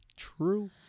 True